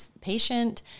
patient